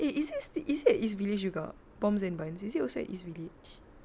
eh is it is it east village juga Boms and Buns is it also at east village